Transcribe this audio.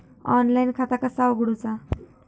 Online खाता कसा उगडूचा?